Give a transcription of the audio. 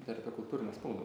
dar apie kultūrinę spaudą